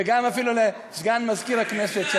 וגם אפילו לסגן מזכירת הכנסת,